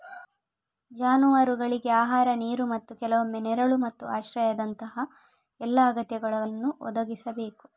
ಜಾನುವಾರುಗಳಿಗೆ ಆಹಾರ, ನೀರು ಮತ್ತು ಕೆಲವೊಮ್ಮೆ ನೆರಳು ಮತ್ತು ಆಶ್ರಯದಂತಹ ಎಲ್ಲಾ ಅಗತ್ಯಗಳನ್ನು ಒದಗಿಸಬೇಕು